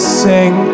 sing